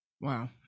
wow